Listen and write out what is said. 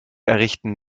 errichten